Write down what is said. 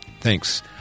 Thanks